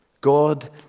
God